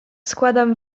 składam